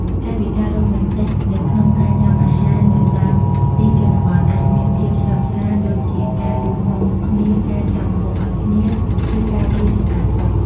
កាយវិការរ៉ូមែនទិកនៅក្នុងការញ៉ាំអាហារនៅតាមទីជនបទអាចមានភាពស្រើបស្រាល ដូចជាការលួចមើលមុខគ្នា ការចាប់ម្ហូបឲ្យគ្នា ឬការជួយសម្អាតតុ។